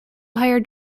hired